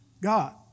God